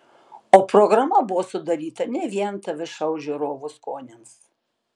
o programa buvo sudaryta ne vien tv šou žiūrovų skoniams